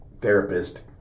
therapist